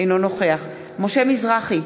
אינו נוכח משה מזרחי,